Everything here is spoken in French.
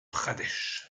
pradesh